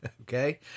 Okay